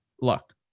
Look